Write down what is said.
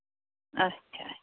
اَچھا اَچھا